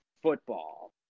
football